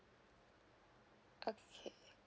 okay